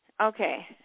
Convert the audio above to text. Okay